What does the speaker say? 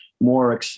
more